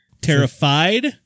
Terrified